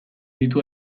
ditu